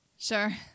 Sure